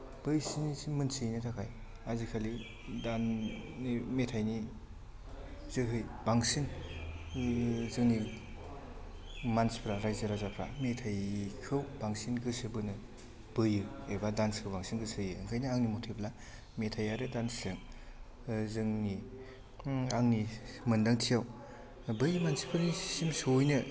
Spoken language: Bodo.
बैसिनिसिम मोन्थिहोनो थाखाय आजिखालि दाननि मेथायनि जोहै बांसिन जोंनि मानसिफ्रा राइजो राजाफ्रा मेथायखौ बांसिन गोसो बोनो बोयो एबा दान्सखौ बांसिन गोसो होयो ओंखायनो आंनि मथेब्ला मेथाय आरो दान्सजों जोंनि आंनि मोन्दांथियाव बै मानसिफोरनिसिम सहैनो